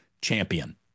champion